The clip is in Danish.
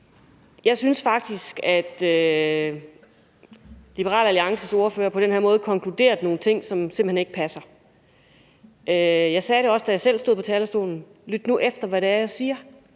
jeg synes faktisk, at Liberal Alliances ordfører på den her måde konkluderede nogle ting, som simpelt hen ikke passer. Jeg sagde også, da jeg selv stod på talerstolen: Lyt nu efter, hvad det er, jeg siger.